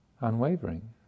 unwavering